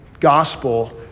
gospel